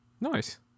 Nice